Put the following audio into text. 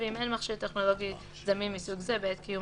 ואם אין מכשיר טכנולוגי זמין מסוג זה בעת קיום